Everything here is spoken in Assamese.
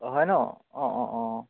অঁ হয় ন অঁ অঁ অঁ